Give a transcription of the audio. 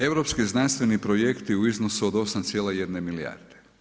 Europski znanstveni projekti u iznosu od 8, 1 milijarde.